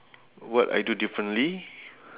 what I do differently